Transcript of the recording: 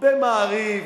ב"מעריב",